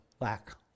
lack